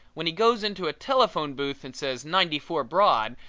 when he goes into a telephone booth and says ninety-four broad,